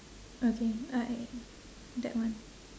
okay I that one